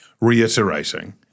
reiterating